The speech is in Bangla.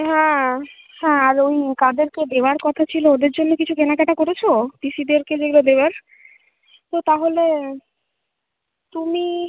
হ্যাঁ হ্যাঁ আর ওই কাদেরকে দেওয়ার কথা ছিল ওদের জন্য কিছু কেনাকাটা করেছ পিসিদেরকে যেগুলো দেওয়ার তো তাহলে তুমি